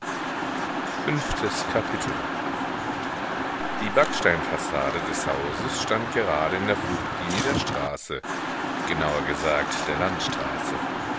fünftes kapitel die backsteinfassade des hauses stand gerade in der fluchtlinie der straße genauer gesagt der landstraße